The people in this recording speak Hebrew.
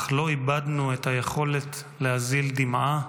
אך לא איבדנו את היכולת להזיל דמעה,